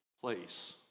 place